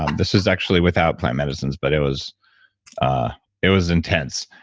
um this was actually without plant medicines, but it was ah it was intense,